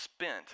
spent